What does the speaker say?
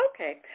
Okay